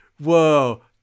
whoa